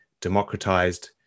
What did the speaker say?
democratized